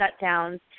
shutdowns